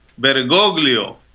Bergoglio